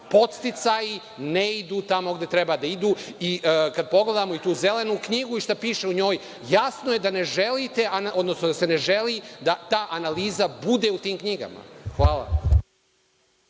Podsticaji ne idu tamo gde treba da idu, kad pogledamo i tu „zelenu knjigu“ i šta piše u njoj jasno je da ne želite, odnosno da se ne želi da ta analiza bude u tim knjigama. Hvala